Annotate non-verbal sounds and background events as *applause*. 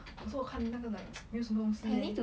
also 我看那个 like *noise* 没有什么东西 leh